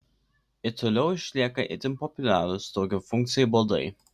ir toliau išlieka itin populiarūs daugiafunkciai baldai